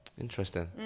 Interesting